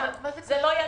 זה לא ייתכן.